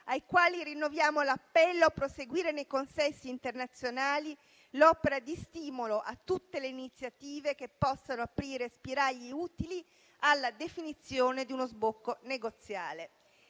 ai quali rinnoviamo l'appello a proseguire nei consessi internazionali l'opera di stimolo a tutte le iniziative che possano aprire spiragli utili alla definizione di uno sbocco negoziale.